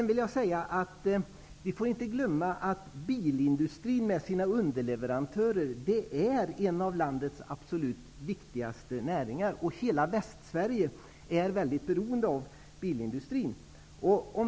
Vi får inte glömma att bilindustrin och dess underleverantörer är en av landets absolut viktigaste näringar. Hela Västsverige är väldigt beroende av bilindustrin.